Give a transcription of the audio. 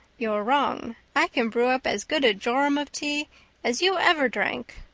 you're wrong. i can brew up as good a jorum of tea as you ever drank.